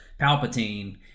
Palpatine